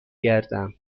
گردم